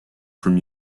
from